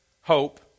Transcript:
hope